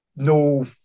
no